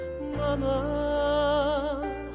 Mama